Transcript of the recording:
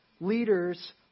Leaders